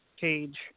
page